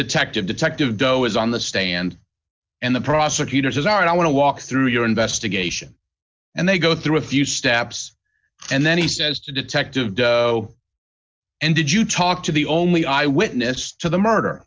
detective detective doe is on the stand and the prosecutors are i want to walk through your investigation and they go through a few steps and then he says to detective so and did you talk to the only eyewitness to the murder